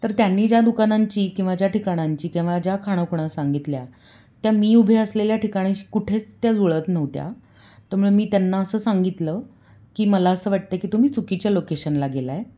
तर त्यांनी ज्या दुकानांची किंवा ज्या ठिकाणांची किंवा ज्या खाणाखुणा सांगितल्या त्या मी उभे असलेल्या ठिकाणाशी कुठेच त्या जुळत नव्हत्या त्यामुळे मी त्यांना असं सांगितलं की मला असं वाटतं की तुम्ही चुकीच्या लोकेशनला गेला आहे